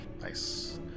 Nice